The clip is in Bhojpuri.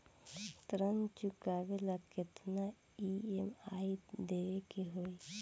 ऋण चुकावेला केतना ई.एम.आई देवेके होई?